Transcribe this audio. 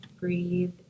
breathe